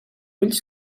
ulls